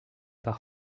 par